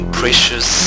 precious